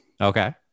Okay